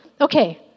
Okay